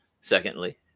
Secondly